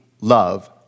love